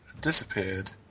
Disappeared